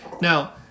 Now